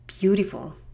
beautiful